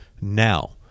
now